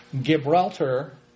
Gibraltar